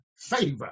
favor